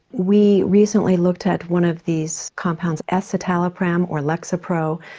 we recently looked at one of these compounds, escitalopram or lexapro.